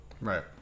right